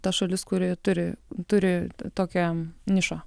ta šalis kuri turi turi tokią nišą